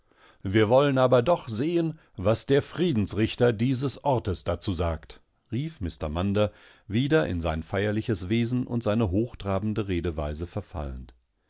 wir wollen aber doch sehen was der friedensrichter deises ortes dazu sagt rief mr munder wieder in sein feierliches wesen und seine hochtrabende redeweiseverfallend